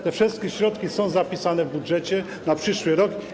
Te wszystkie środki są zapisane w budżecie na przyszły rok.